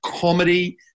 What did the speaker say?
comedy